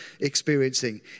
experiencing